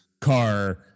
car